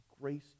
grace